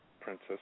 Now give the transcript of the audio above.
Princess